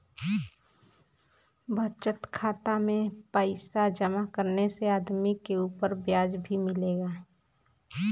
बचत खाता में पइसा जमा करे से आदमी के उपर ब्याज भी मिलेला